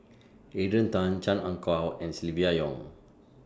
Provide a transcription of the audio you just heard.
Adrian Tan Chan Ah Kow and Silvia Yong